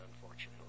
unfortunately